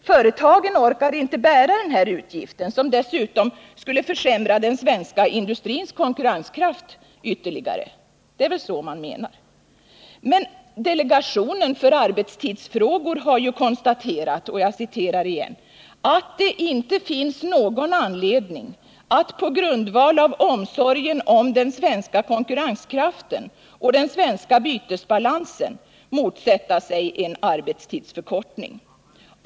Företagen orkar inte bära denna utgift, som dessutom skulle försämra den svenska industrins konkurrenskraft ytterligare. Men delegationen för arbetstidsfrågor har konstaterat ”att det inte finns någon anledning att p. g. a. omsorgen om den svenska konkurrenskraften och den svenska bytesbalansen motsätta sig en arbetstidsförkortning.